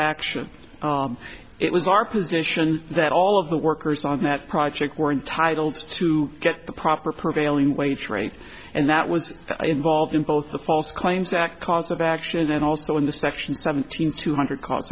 action it was our position that all of the workers on that project were entitled to get the proper prevailing wage rate and that was involved in both the false claims act cause of action and also in the section seven thousand two hundred costs